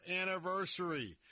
anniversary